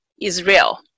Israel